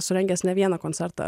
surengęs ne vieną koncertą